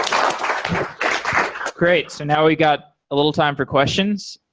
um great, so now we got a little time for questions.